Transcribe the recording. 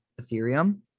Ethereum